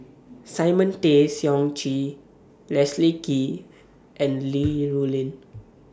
Simon Tay Seong Chee Leslie Kee and Li Rulin